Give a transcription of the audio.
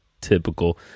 typical